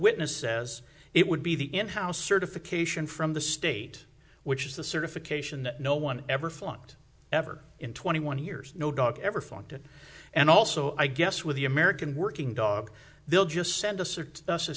witness says it would be the in house certification from the state which is the certification that no one ever flunked ever in twenty one years no dog ever funded and also i guess with the american working dog they'll just send a